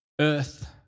Earth